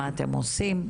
מה אתם עושים.